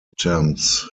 attempts